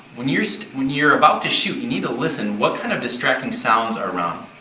when youire so when youire about to shoot, you need to listen what kind of distracting sounds are around.